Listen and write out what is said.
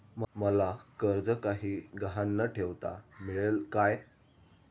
मला कर्ज काही गहाण न ठेवता मिळेल काय?